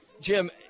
Jim